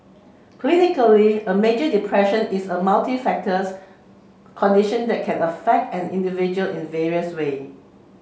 pretty clinically major depression is a condition and can affect an individual in various way